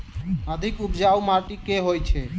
अधिक उपजाउ माटि केँ होइ छै?